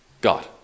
God